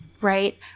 right